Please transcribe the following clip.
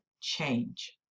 Change